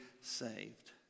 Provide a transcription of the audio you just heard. saved